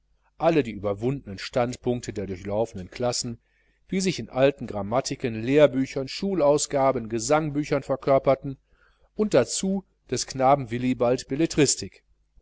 alle die überwundenen standpunkte der durchlaufenen klassen wie sie sich in alten grammatiken lehrbüchern schulausgaben gesangbüchern verkörperten und dazu des knaben willibald belletristik